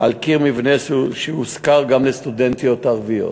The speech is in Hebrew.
על קיר מבנה שהושכר גם לסטודנטיות ערביות.